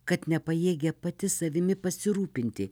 kad nepajėgia pati savimi pasirūpinti